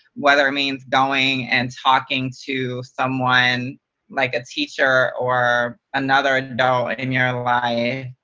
whether it means going and talking to someone like a teacher, or another adult in your life,